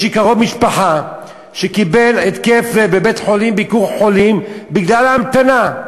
יש לי קרוב משפחה שקיבל התקף לב בבית-חולים "ביקור חולים" בגלל ההמתנה.